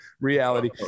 reality